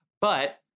but-